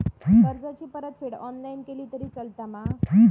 कर्जाची परतफेड ऑनलाइन केली तरी चलता मा?